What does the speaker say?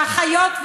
ואחיות,